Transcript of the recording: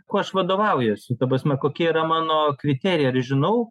kuo aš vadovaujuosi ta prasme kokie yra mano kriterijai ar žinau